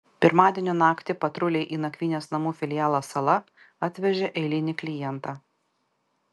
pirmadienio naktį patruliai į nakvynės namų filialą sala atvežė eilinį klientą